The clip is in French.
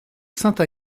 sainte